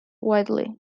widely